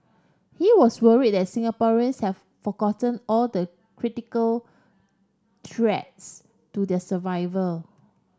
he was worried that Singaporeans have forgotten all the critical threats to their survival